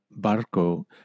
barco